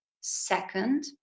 second